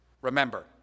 remember